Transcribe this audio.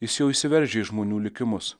jis jau įsiveržia į žmonių likimus